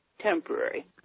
temporary